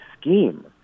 scheme